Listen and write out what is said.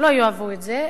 הם לא יאהבו את זה,